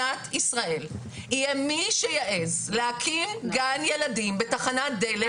יהיה מי שיעז להקים גן ילדים בתחנת דלק,